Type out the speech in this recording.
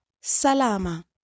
Salama